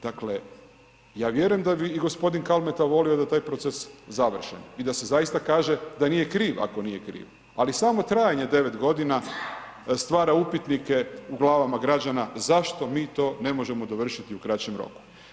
Dakle ja vjerujem da bi i gospodin Kalmeta volio da taj proces završe i da se zaista kaže da nije kriv ako nije kriv, ali samo trajanje 9 godina stvara upitnike u glavama građana zašto mi to ne možemo dovršiti u kraćem roku.